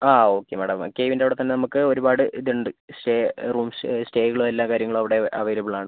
ആ okay madam കേവിൻ്റെ അവിടെത്തന്നെ നമുക്ക് ഒരുപാട് ഇതുണ്ട് ഷെയർ റൂം ഷെയർ സ്റ്റേകളും എല്ലാ കാര്യങ്ങളും അവിടെ അവൈലബിൾ ആണ്